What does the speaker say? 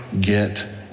get